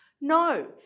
No